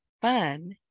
fun